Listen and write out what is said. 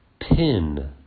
pin